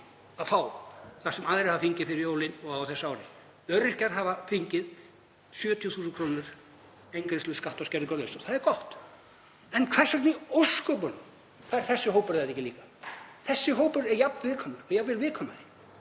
að fá það sem aðrir hafa fengið fyrir jólin og á þessu ári. Öryrkjar hafa fengið 70.000 kr. eingreiðslu skatta- og skerðingarlaust. Það er gott. En hvers vegna í ósköpunum fær þessi hópur hana ekki líka? Þessi hópur er jafn viðkvæmur og jafnvel viðkvæmari